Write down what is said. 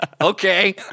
Okay